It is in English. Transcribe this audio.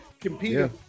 competing